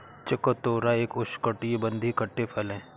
चकोतरा एक उष्णकटिबंधीय खट्टे फल है